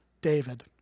David